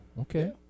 okay